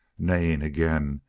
neighing again,